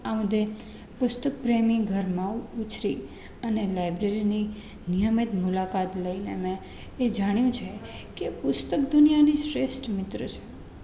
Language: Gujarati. આ બધે પુસ્તક પ્રેમી ઘરમાં ઉછરી અને લાઇબ્રેરીની નિયમિત મુલાકાત લઈને મે એ જાણ્યું છેકે કે પુસ્તક દુનિયાની શ્રેષ્ટ મિત્ર છે